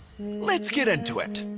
let's get into it.